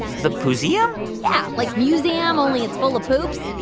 the poo-seum? yeah, like museum, only it's full of poops?